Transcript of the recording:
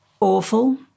awful